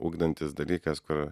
ugdantis dalykas kur